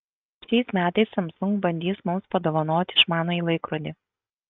šiais metais samsung bandys mums padovanoti išmanųjį laikrodį